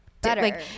better